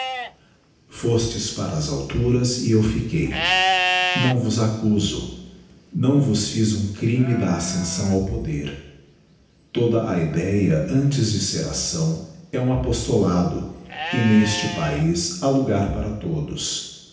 fostes para as alturas e eu fiquei não vos accuso digiti zedby google hão vos fiz um crime da ascenção ao poder toda a idéa antes de ser acção é um apostolado e neste paiz jia logar para todos